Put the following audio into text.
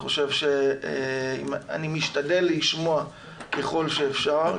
אני משתדל לשמוע ככל שאפשר,